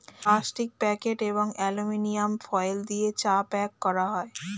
plastic packet এবং aluminium foil দিয়ে চা প্যাক করা হয়